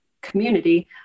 community